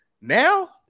Now